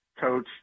coach